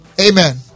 Amen